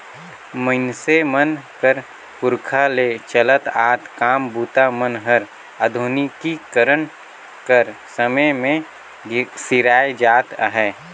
मइनसे मन कर पुरखा ले चलत आत काम बूता मन हर आधुनिकीकरन कर समे मे सिराए जात अहे